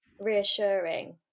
reassuring